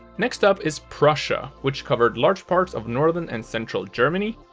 next up is prussia, which covered large parts of northern and central germany,